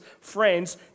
Friends